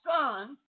son